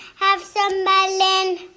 have some melon.